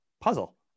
puzzle